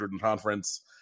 conference